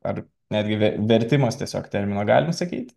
ar netgi ver vertimas tiesiog termino galim sakyt